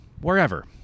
wherever